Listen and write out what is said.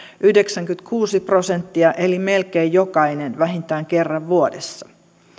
yhdeksänkymmentäkuusi prosenttia eli melkein jokainen vähintään kerran vuodessa